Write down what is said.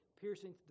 piercing